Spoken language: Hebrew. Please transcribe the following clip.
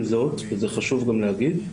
עם זאת, וזה חשוב גם להגיד,